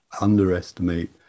underestimate